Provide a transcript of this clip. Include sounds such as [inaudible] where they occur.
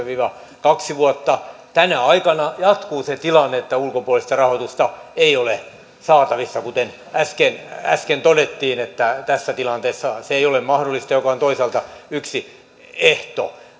[unintelligible] viiva kaksi vuotta tänä aikana jatkuu se tilanne että ulkopuolista rahoitusta ei ole saatavissa kuten äsken äsken todettiin tässä tilanteessa se ei ole mahdollista ja se on toisaalta yksi ehto